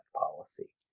policy